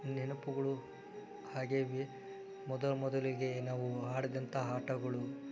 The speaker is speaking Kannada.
ನೆನಪುಗಳು ಹಾಗೆ ವ್ಯ ಮೊದಲು ಮೊದಲಿಗೆ ನಾವು ಆಡಿದಂತಹ ಆಟಗಳು